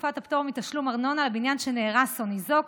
תקופת הפטור מתשלום ארנונה לבניין שנהרס או ניזוק),